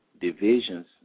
divisions